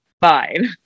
fine